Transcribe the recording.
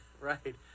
right